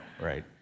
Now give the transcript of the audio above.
right